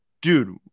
Dude